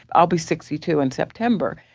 i'll be sixty two in september.